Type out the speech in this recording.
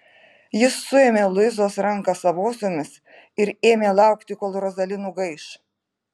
jis suėmė luizos ranką savosiomis ir ėmė laukti kol rozali nugaiš